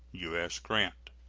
u s. grant.